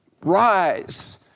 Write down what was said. rise